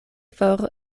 for